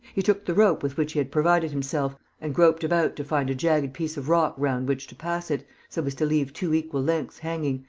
he took the rope with which he had provided himself and groped about to find a jagged piece of rock round which to pass it, so as to leave two equal lengths hanging,